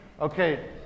okay